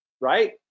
right